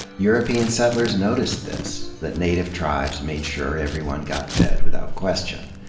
european settlers noticed this, that native tribes made sure everyone got fed without question.